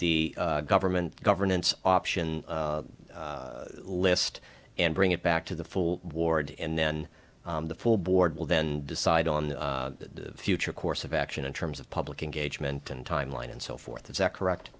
the government governance option list and bring it back to the full ward and then the full board will then decide on the future course of action in terms of public engagement and timeline and so forth is that correct